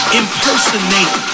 impersonate